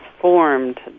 formed